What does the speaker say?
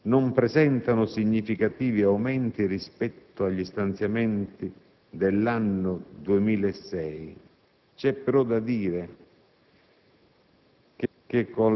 In conclusione, si rappresenta che gli stanziamenti previsti per l'anno 2007 nel disegno di legge di bilancio preventivo